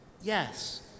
Yes